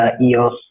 EOS